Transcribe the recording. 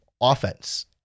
offense